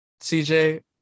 CJ